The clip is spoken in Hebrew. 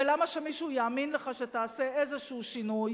ולמה שמישהו יאמין לך שתעשה איזה שינוי